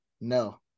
no